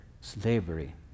slavery